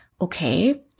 Okay